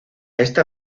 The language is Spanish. esta